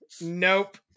Nope